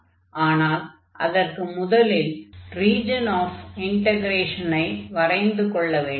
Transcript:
ஆனால் அதற்கு முதலில் ரீஜன் ஆஃப் இன்டக்ரேஷனை வரைந்து கொள்ள வேண்டும்